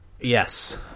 Yes